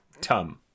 Tum